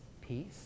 peace